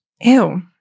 Ew